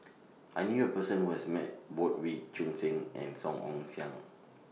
I knew A Person Who has Met Both Wee Choon Seng and Song Ong Siang